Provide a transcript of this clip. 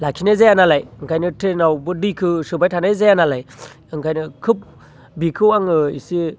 लाखिनाय जाया नालाय ओंखायनो ट्रैनावबो दैखौ सोबाय थानाय जाया नालाय ओंखायनो खोब बेखौ आङो इसे